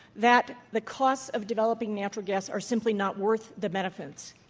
that the costs of developing natural gas are simply not worth the benefits,